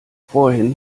vorhin